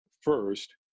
first